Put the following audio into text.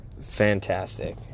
fantastic